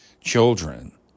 children